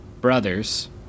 brothers